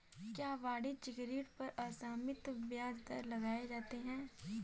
क्या वाणिज्यिक ऋण पर असीमित ब्याज दर लगाए जाते हैं?